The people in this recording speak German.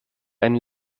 einen